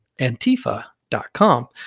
Antifa.com